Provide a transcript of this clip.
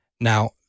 Now